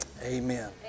Amen